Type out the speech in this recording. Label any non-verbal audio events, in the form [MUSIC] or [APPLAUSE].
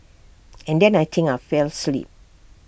[NOISE] and then I think I fell asleep